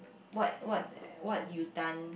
what what what you done